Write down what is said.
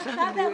רק עכשיו הערכנו.